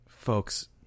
Folks